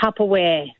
Tupperware